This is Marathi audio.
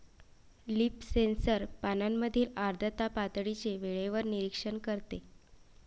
लीफ सेन्सर पानांमधील आर्द्रता पातळीचे वेळेवर निरीक्षण करते